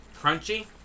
crunchy